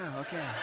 okay